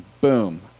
boom